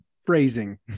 phrasing